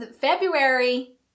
February